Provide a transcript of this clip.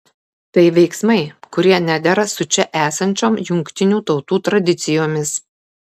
tai veiksmai kurie nedera su čia esančiom jungtinių tautų tradicijomis